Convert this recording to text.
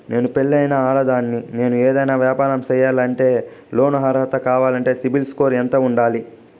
నేను పెళ్ళైన ఆడదాన్ని, నేను ఏదైనా వ్యాపారం సేయాలంటే లోను అర్హత కావాలంటే సిబిల్ స్కోరు ఎంత ఉండాలి?